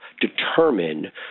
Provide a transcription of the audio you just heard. determine